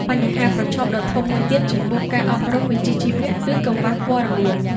បញ្ហាប្រឈមដ៏ធំមួយទៀតចំពោះការអប់រំវិជ្ជាជីវៈ គឺកង្វះព័ត៌មាន។